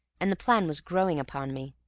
and the plan was growing upon me,